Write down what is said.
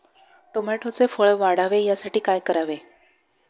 टोमॅटोचे फळ वाढावे यासाठी काय करावे?